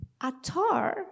Atar